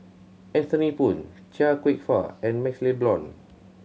Anthony Poon Chia Kwek Fah and MaxLe Blond